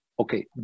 Okay